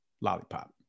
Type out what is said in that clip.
lollipop